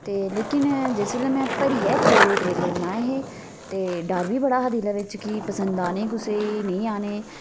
ते लेकिन जिसलै मैं भरियै कोड़े करेले बनाए हे ते डर बी बड़ा हा दिलै बिच्च कि पसेंद आने कुसे गी नेईं आने